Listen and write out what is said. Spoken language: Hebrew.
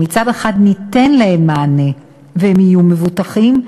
שמצד אחד ניתן להם מענה והם יהיו מבוטחים,